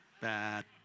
Bad